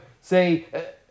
say